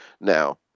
Now